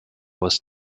was